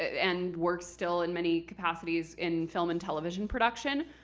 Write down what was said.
and works still, in many capacities, in film and television production,